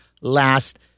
last